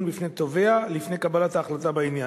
בפני תובע לפני קבלת ההחלטה בעניין.